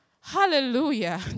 hallelujah